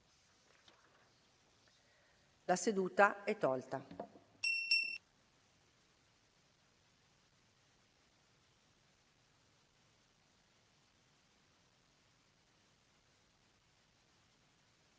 La seduta è tolta